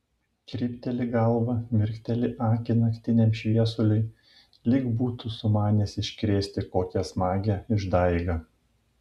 krypteli galvą mirkteli akį naktiniam šviesuliui lyg būtų sumanęs iškrėsti kokią smagią išdaigą